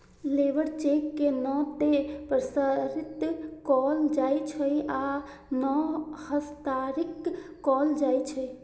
labour cheque के नै ते प्रसारित कैल जाइ छै आ नै हस्तांतरित कैल जाइ छै